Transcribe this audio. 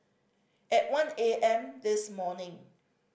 at one A M this morning